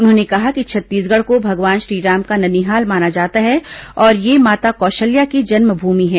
उन्होंने कहा कि छत्तीसगढ़ को भगवान श्रीराम का ननिहाल माना जाता है और यह माता कौशल्या की जन्मभूमि है